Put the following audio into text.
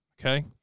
Okay